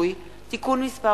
זכויות הסטודנט (תיקון מס'